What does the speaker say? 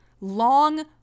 long